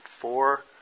four